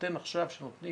בהינתן שאנחנו נותנים